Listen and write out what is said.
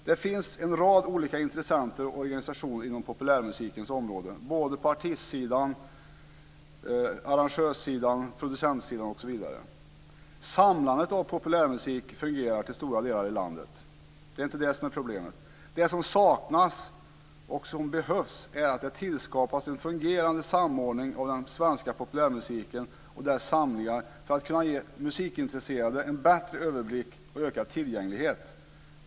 Det finns en rad olika intressenter och organisationer inom populärmusikens område på artistsidan, arrangörssidan, producentsidan osv. Samlandet av populärmusik fungerar till stora delar i landet. Det är inte det som är problemet. Vad som saknas och som behövs är att det tillskapas en fungerande samordning av den svenska populärmusiken och dess samlingar för att kunna ge musikintresserade en bättre överblick och ökad tillgänglighet.